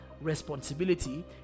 responsibility